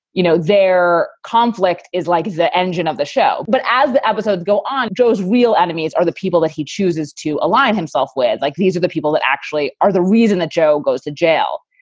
you know, their conflict is like the engine of the show. but as the episode go on, joe's real enemies are the people that he chooses to align himself with. like these are the people that actually are the reason that joe goes to jail.